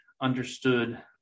understood